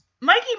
Mikey